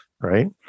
Right